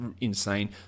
insane